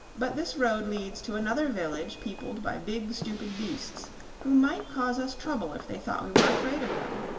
but this road leads to another village peopled by big, stupid beasts who might cause us trouble if they thought we were afraid of them.